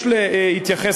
יש להתייחס,